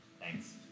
Thanks